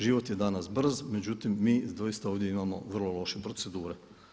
Život je danas brz, međutim mi doista ovdje imamo vrlo loše procedure.